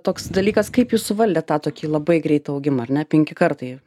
toks dalykas kaip jūs suvaldėt tą tokį labai greitą augimą ar ne penki kartai